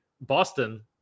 Boston